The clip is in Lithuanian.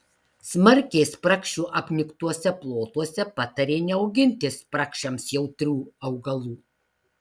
smarkiai spragšių apniktuose plotuose patarė neauginti spragšiams jautrių augalų